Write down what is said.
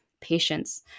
patience